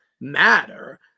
matter